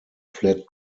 flat